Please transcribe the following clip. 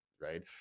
right